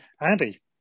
Andy